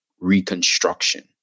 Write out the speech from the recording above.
Reconstruction